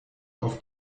auf